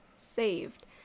saved